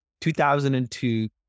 2002